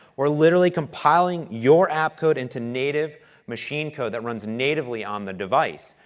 we're literally compiling your app code into native machine code that runs natively on the device.